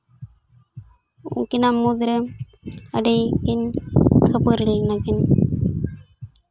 ᱩᱱᱠᱤᱱᱟᱜ ᱢᱩᱫᱽ ᱨᱮ ᱟᱹᱰᱤ ᱠᱤᱱ ᱠᱷᱟᱹᱯᱟᱹᱨᱤ ᱞᱮᱱᱟ ᱠᱤᱱ